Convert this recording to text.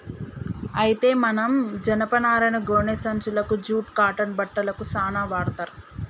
అయితే మనం జనపనారను గోనే సంచులకు జూట్ కాటన్ బట్టలకు సాన వాడ్తర్